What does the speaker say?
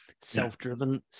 self-driven